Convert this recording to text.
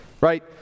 right